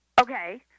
Okay